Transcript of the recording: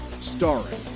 starring